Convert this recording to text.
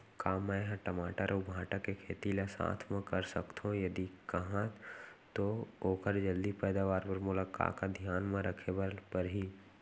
का मै ह टमाटर अऊ भांटा के खेती ला साथ मा कर सकथो, यदि कहाँ तो ओखर जलदी पैदावार बर मोला का का धियान मा रखे बर परही?